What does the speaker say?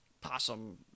possum